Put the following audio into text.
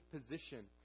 position